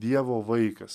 dievo vaikas